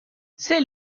c’est